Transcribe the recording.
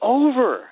over